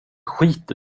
skiter